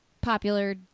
popular